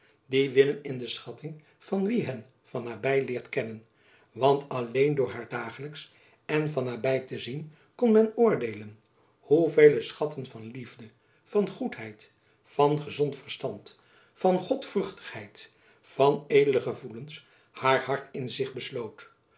die winnen in de schatting van wie hen van naby leert kennen want alleen door haar dagelijks en van naby te zien kon men oordeelen hoevele schatten van liefde van goedheid van gezond verstand van godvruchtigheid van edele gevoelens haar hart in zich besloot